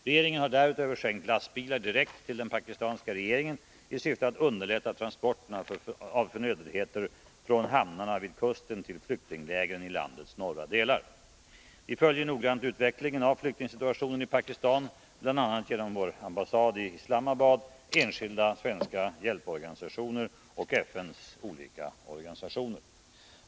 Regeringen har därutöver skänkt lastbilar direkt till den pakistanska regeringen i syfte att underlätta transporterna av förnödenheter från hamnarna vid kusten till flyktinglägren i landets norra delar. Vi följer noga utvecklingen av flyktingsituationen i Pakistan, bl.a. genom vår ambassad i Islamabad, enskilda svenska hjälporganisationer och FN:s olika organisationer.